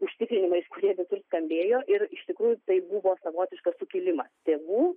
užtikrinimais kurie visur skambėjo ir iš tikrųjų tai buvo savotiškas sukilimas tėvų